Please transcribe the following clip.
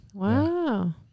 Wow